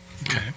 Okay